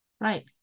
Right